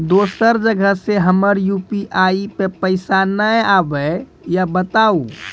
दोसर जगह से हमर यु.पी.आई पे पैसा नैय आबे या बताबू?